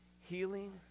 healing